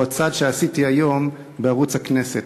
והוא הצעד שעשיתי היום בערוץ הכנסת,